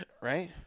Right